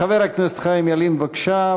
חבר הכנסת חיים ילין, בבקשה.